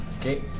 Okay